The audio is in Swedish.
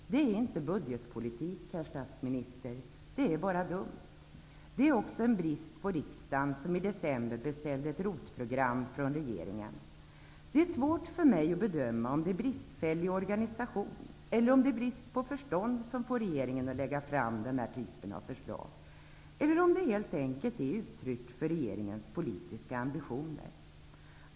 Detta är inte budgetpolitik, herr statsminister. Det är bara dumt. Det är också en brist på respekt för riksdagen, som i december beställde ett ROT Det är svårt för mig att bedöma om det är bristfällig organisation eller om det är brist på förstånd som får regeringen att lägga fram den typen av förslag. Eller är det helt enkelt uttryck för regeringens politiska ambitioner?